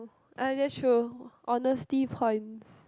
ah that's true honesty points